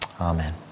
Amen